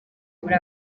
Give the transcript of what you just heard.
muri